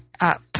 up